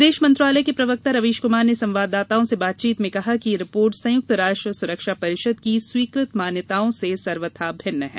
विदेश मंत्रालय के प्रवक्ता रवीश क्मार ने संवाददाताओं से बातचीत में कहा कि यह रिपोर्ट संयुक्त राष्ट्र सुरक्षा परिषद की स्वीकृत मान्यता से सर्वथा भिन्न है